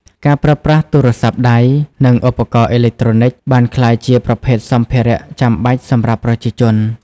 ការប្រើប្រាស់ទូរស័ព្ទដៃ និងឧបករណ៍អេឡិចត្រូនិចបានក្លាយជាប្រភេទសម្ភារចាំបាច់សម្រាប់ប្រជាជន។